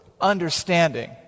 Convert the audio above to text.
Understanding